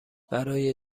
برای